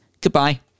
Goodbye